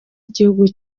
igihugu